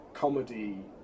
Comedy